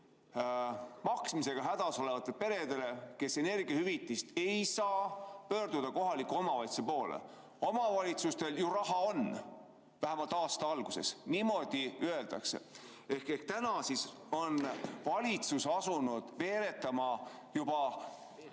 kõigil maksmisega hädas olevatel peredel, kes energiahüvitist ei saa, tuleb pöörduda kohaliku omavalitsuse poole. Omavalitsustel ju raha on, vähemalt aasta alguses – niimoodi öeldakse. Ehk nüüd on valitsus asunud veeretama juba